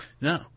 No